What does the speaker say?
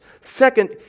Second